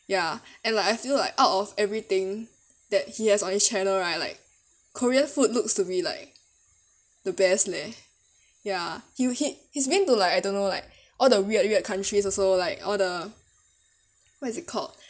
ya and like I feel like out of everything that he has on his channel right like korean food looks to me like the best leh ya he he he's being to like I don't know like all the weird weird countries also like all the what is it called